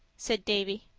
said davy,